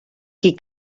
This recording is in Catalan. qui